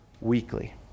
weekly